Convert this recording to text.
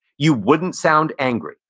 you wouldn't sound angry.